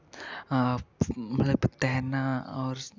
तैरना और